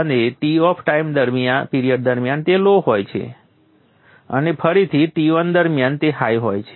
અને Toff time period દરમિયાન તે લો હોય છે અને ફરીથી Ton દરમિયાન તે હાઇ હોય છે